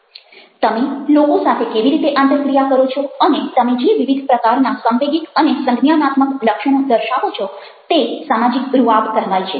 તમે લોકો સાથે કેવી રીતે આંતરક્રિયા કરો છો અને તમે જે વિવિધ પ્રકારના સાંવેગિક અને સંજ્ઞાનાત્મક લક્ષણો દર્શાવો છો તે સામાજિક રૂઆબ કહેવાય છે